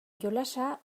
jolasa